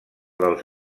dels